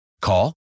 Call